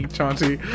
Chauncey